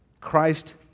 Christ